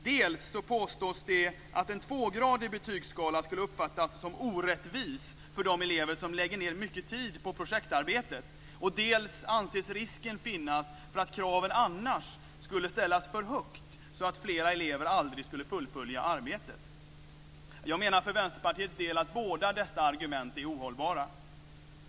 Dels påstås det att en tvågradig betygsskala skulle uppfattas som orättvis för de elever som lägger ned mycket tid på projektarbetet, dels anses risken finnas att kraven annars skulle ställas för högt, så att flera elever aldrig skulle fullfölja arbetet. Jag menar för Vänsterpartiets del att båda dessa argument är ohållbara.